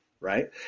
Right